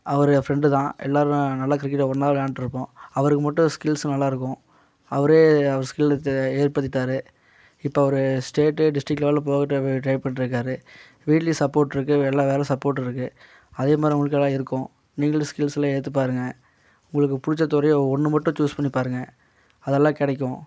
அவர் என் ஃப்ரெண்டு தான் எல்லோரும் நல்லா கிரிக்கெட்டு ஒன்றா விளையாண்டுருக்கோம் அவருக்கு மட்டும் ஸ்கில்ஸ் நல்லாயிருக்கும் அவரே அவர் ஸ்கில்லுத்த ஏற்படுத்திட்டாரு இப்போ அவர் ஸ்டேட்டு டிஸ்டிரிக் லெவலில் போக டிரை பண்ணிட்ருக்காரு வீட்லியும் சப்போர்ட் இருக்குது வெளில வேறு சப்போர்ட் இருக்குது அதே மாதிரி உங்களுக்கு எல்லாம் இருக்கும் நீங்களும் ஸ்கில்ஸுல் எடுத்து பாருங்க உங்களுக்கு பிடிச்ச துறையை ஒன்று மட்டும் சூஸ் பண்ணி பாருங்க அதெல்லாம் கிடைக்கும்